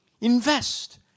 Invest